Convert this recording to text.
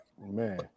man